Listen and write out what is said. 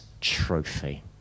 trophy